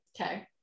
Okay